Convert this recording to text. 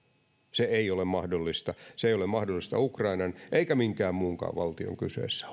se ei ole mahdollista se ei ole mahdollista ukrainan eikä minkään muunkaan valtion kyseessä